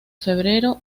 febrero